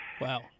Wow